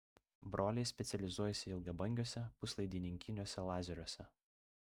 broliai specializuojasi ilgabangiuose puslaidininkiniuose lazeriuose